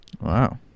Wow